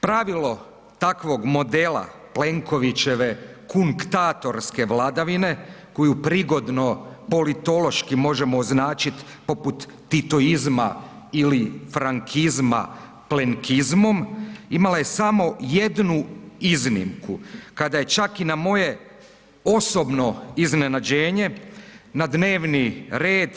Pravilo takvog modela Plenkovićeve kumktatorske vladavine koju prigodno politološki možemo označit poput titoizma ili frankizma plenkizom, imala je samo jednu iznimku kada je čak i na moje osobno iznenađenje na dnevni red